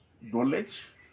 knowledge